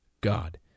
God